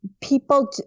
people